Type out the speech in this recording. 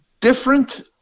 Different